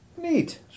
Neat